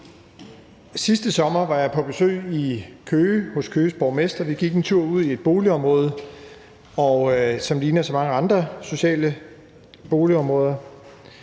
Sidste sommer var jeg på besøg i Køge hos Køges borgmester. Vi gik en tur ude i et boligområde, som ligner så mange andre sociale boligområder.